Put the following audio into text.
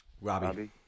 Robbie